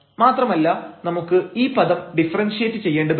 മാത്രമല്ല നമുക്ക് ഈ പദം ഡിഫറെൻഷിയേറ്റ് ചെയ്യേണ്ടതുണ്ട്